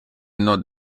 not